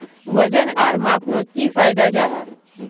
वजन आर मापनोत की फायदा जाहा?